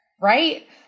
right